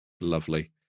lovely